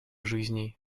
жизней